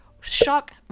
shock